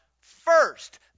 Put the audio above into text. first